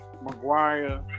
Maguire